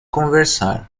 conversar